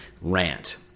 rant